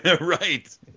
Right